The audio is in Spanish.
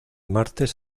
martes